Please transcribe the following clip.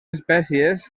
espècies